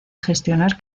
gestionar